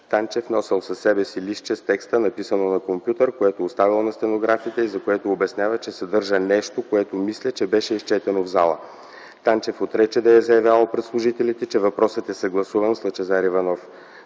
Танчев носел със себе си листче с текста, написано на компютър, което оставил на стенографите и за което обяснява, че съдържа „нещо, което мисля, че беше изчетено в зала”. Танчев отрече да е заявявал пред служителите, че въпросът е съгласуван с Лъчезар Иванов.